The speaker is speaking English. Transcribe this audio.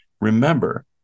Remember